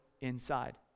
inside